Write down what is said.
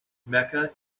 mecca